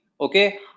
Okay